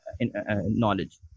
knowledge